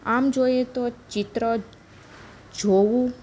આમ જોઈએ તો ચિત્ર જોવું